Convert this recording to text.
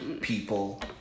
people